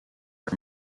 are